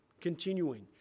Continuing